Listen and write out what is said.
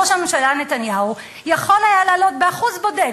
ראש הממשלה נתניהו יכול היה להעלות באחוז בודד,